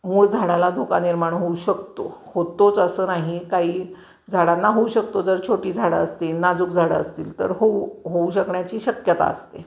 मूळ झाडाला धोका निर्माण होऊ शकतो होतोच असं नाही काही झाडांना होऊ शकतो जर छोटी झाडं असतील नाजूक झाडं असतील तर होऊ होऊ शकण्याची शक्यता असते